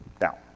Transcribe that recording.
Now